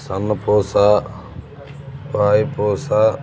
సన్న పోస బయ పోస